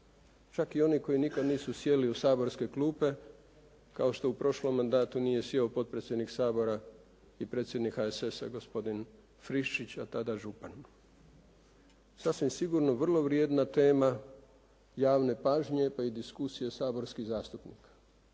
čak i oni koji nikad nisu sjeli u saborske klupe, kao što u prošlom mandatu nije sjeo potpredsjednik Sabora i predsjednik HSS-a, gospodin Friščić, a tada župan. Sasvim sigurno vrlo vrijedna tema javne pažnje, pa i diskusije saborskih zastupnika,